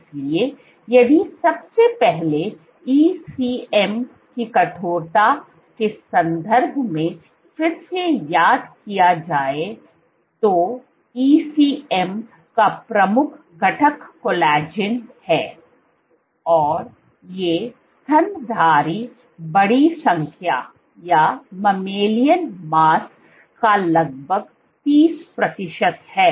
इसलिए यदि सबसे पहले ECM की कठोरता के संदर्भ में फिर से याद किया जाए तो ECM का प्रमुख घटक कोलेजन है और ये स्तनधारी बड़ी संख्या का लगभग 30 प्रतिशत है